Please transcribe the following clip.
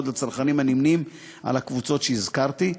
לצרכנים הנמנים עם הקבוצות שהזכרתי.